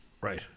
Right